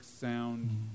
sound